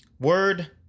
Word